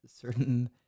certain